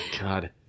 God